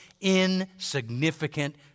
insignificant